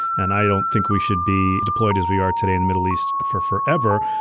and i don't think we should be deployed as we are today in middle east for forever.